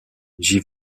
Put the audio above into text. j’y